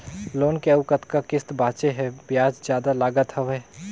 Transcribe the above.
Loan के अउ कतका किस्त बांचें हे? ब्याज जादा लागत हवय,